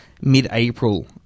mid-April